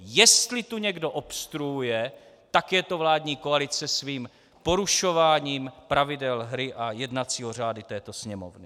Jestli tu někdo obstruuje, tak je to vládní koalice svým porušováním pravidel hry a jednacího řádu Sněmovny.